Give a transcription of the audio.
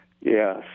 Yes